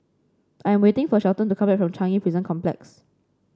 I am waiting for Shelton to come back from Changi Prison Complex